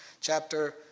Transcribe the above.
chapter